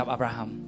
Abraham